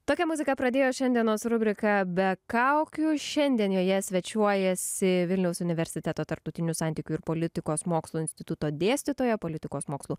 tokią muziką pradėjo šiandienos rubrika be kaukių šiandien joje svečiuojasi vilniaus universiteto tarptautinių santykių ir politikos mokslų instituto dėstytoja politikos mokslų